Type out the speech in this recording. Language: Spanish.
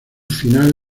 final